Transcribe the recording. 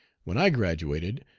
when i graduated,